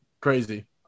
crazy